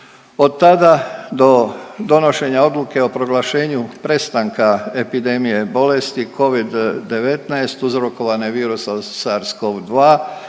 Od tada do donošenja Odluke o proglašenju prestanka epidemije bolesti covid-19 uzrokovane virusom SARS cov2